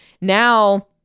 now